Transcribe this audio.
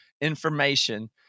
information